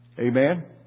Amen